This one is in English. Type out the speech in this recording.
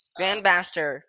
Grandmaster